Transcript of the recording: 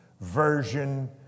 version